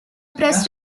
press